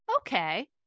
okay